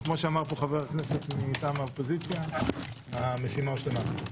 כמו שאמר פה חבר כנסת מטעם האופוזיציה המשימה הושלמה.